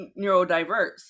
neurodiverse